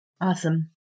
Awesome